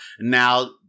Now